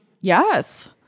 Yes